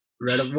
red